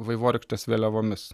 vaivorykštės vėliavomis